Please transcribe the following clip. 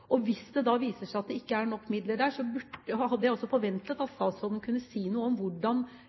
Hvis det da viser seg at det ikke er nok midler der, hadde jeg forventet at statsråden kunne si noe om hvordan